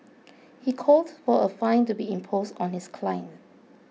he called for a fine to be imposed on his client